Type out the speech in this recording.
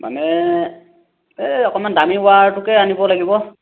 মানে এই অকণমান দামী ৱায়াৰটোকে আনিব লাগিব